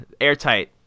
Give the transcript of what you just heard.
airtight